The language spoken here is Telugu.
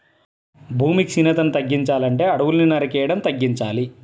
భూమి క్షీణతని తగ్గించాలంటే అడువుల్ని నరికేయడం తగ్గించాలి